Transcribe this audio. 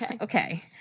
Okay